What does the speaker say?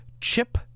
Chip